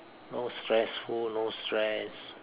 no stressful no stress